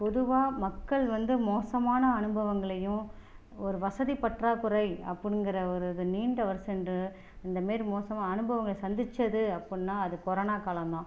பொதுவாக மக்கள் வந்து மோசமான அனுபவங்களையும் ஒரு வசதி பற்றாக்குறை அப்படிங்கிற ஒரு நீண்ட வரிசை சென்று இந்த மாதிரி மோசமாக அனுபவங்களை சந்திச்சது அப்படின்னா அது கொரோனா காலம் தான்